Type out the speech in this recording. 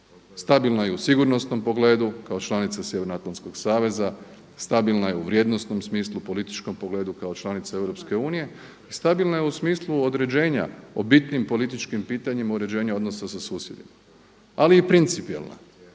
stabilna i u sigurnosnom pogledu kao članica Sjevernoatlantskog saveza, stabilna i u vrijednosnom smislu, političkom pogledu kao članica Europske unije, stabilna i u smislu određenja o bitnim političkim pitanjima uređenja odnosa sa susjedima, ali i principijelna